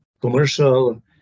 commercial